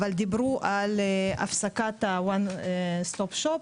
אל דיברו על הפסקת ה-"One Stop Shop",